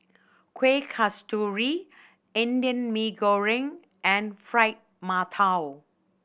Kueh Kasturi Indian Mee Goreng and Fried Mantou